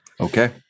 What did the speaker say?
Okay